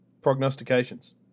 prognostications